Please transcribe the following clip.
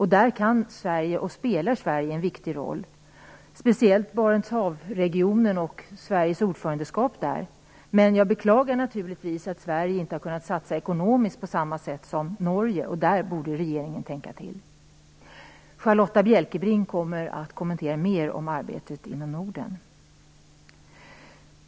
Här kan Sverige spela och spelar en viktig roll, speciellt i Barentshavregionen och genom Sveriges ordförandeskap i Barentsrådet. Men jag beklagar naturligtvis att Sverige inte har kunnat satsa ekonomiskt på samma sätt som Norge. Här borde regeringen tänka till. Charlotta Bjälkebring kommer att kommentera arbetet inom Norden ytterligare.